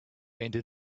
into